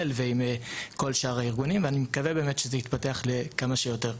הלל וארגונים נוספים ואני מקווה שזה יתפתח לכמה שיותר.